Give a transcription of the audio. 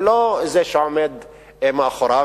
ולא זה שעומד מאחוריו.